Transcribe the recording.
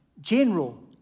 general